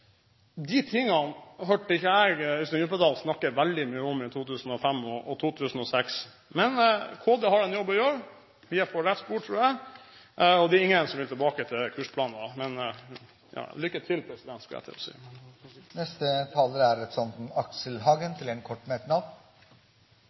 De tingene hørte ikke jeg Øystein Djupedal snakke veldig mye om i 2005 og 2006. Men KD har en jobb å gjøre, vi er på rett spor, tror jeg, og det er ingen som vil tilbake til kursplaner. Men lykke til!